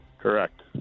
Correct